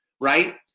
right